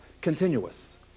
continuous